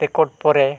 record